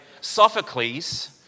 Sophocles